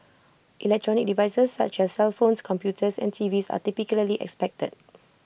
electronic devices such as cellphones computers and TVs are typically expected